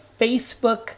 Facebook